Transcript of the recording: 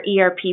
ERP